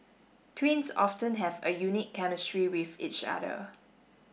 twins often have a unique chemistry with each other